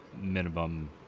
minimum